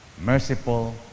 merciful